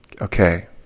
okay